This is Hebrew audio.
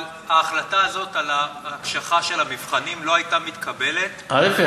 אבל ההחלטה הזאת על ההקשחה של המבחנים לא הייתה מתקבלת בלי המפקחת.